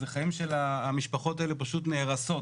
החיים של המשפחות האלה פשוט נהרסים.